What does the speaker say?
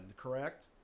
correct